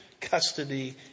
custody